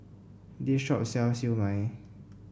this shop sells Siew Mai